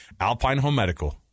AlpineHomeMedical